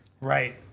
Right